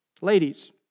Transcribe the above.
Ladies